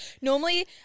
normally